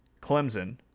clemson